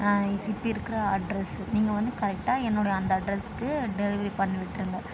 இப்போ இருக்கிற அட்ரஸ்ஸு நீங்கள் வந்து கரெக்டாக என்னுடைய அந்த அட்ரஸ்க்கு டெலிவரி பண்ணி விட்டுருங்க